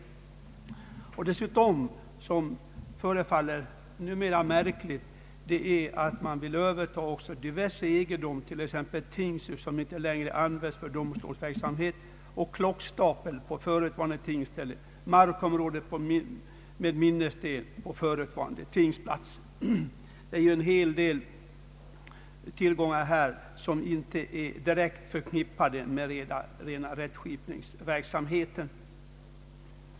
Man vill också — och det förefaller märkligt — överta diverse egendom, t.ex. tingshus som inte längre används för domstolsverksamhet, klockstaplar på förutvarande tingsplats, markområden med minnessten m.m. Det är ju en hel del tillgångar som inte är direkt förknippade med rättsskipningsverksamhet.